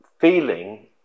feeling